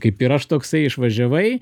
kaip ir aš toksai išvažiavai